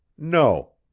no,